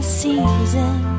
season